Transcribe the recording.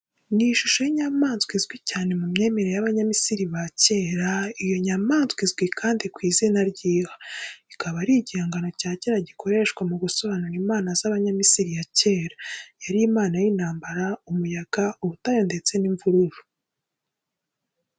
Ni ishusho y'inyamaswa izwi cyane mu myemerere y’abanyamisiri ba kera iyo nyamaswa izwi kandi ku izina ry'iha ikaba ari igihangano cya kera gikoreshwa mu gusobanura imana z'abanyamisiri ya kera. Yari imana y’intambara, umuyaga, ubutayu, ndetse n’imvururu.